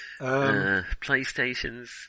Playstations